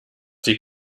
sie